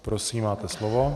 Prosím, máte slovo.